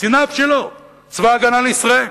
קציניו שלו, צבא-הגנה לישראל,